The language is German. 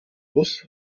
bus